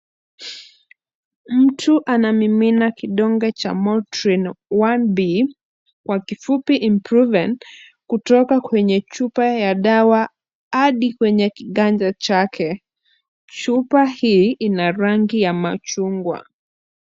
Mtu anamimina kidonge cha motrine 1 b kwa kifupi improvane kutoka kwenye chupa ya dawa hadi kwenye kiganja chake. Chupa hii ina rangi ya machungwa.